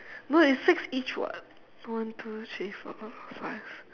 no it's six each [what] one two three four five